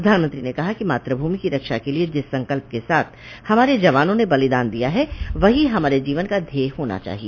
प्रधानमंत्री ने कहा कि मातृभूमि की रक्षा के लिए जिस संकल्प के साथ हमारे जवानों ने बलिदान दिया है वही हमारे जीवन का ध्येय होना चाहिए